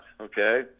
okay